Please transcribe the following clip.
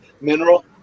mineral